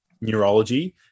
Neurology